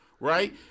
right